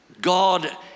God